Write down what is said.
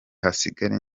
hasigare